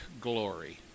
glory